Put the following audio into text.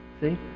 See